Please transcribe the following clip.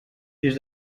des